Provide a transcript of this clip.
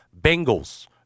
Bengals